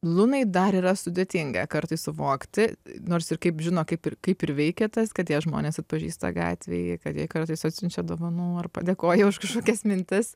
lunai dar yra sudėtinga kartais suvokti nors ir kaip žino kaip ir kaip ir veikia tas kad ją žmonės atpažįsta gatvėj kad jai kartais atsiunčia dovanų ar padėkoja už kažkokias mintis